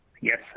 Yes